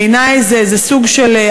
בעיני זה סוג של,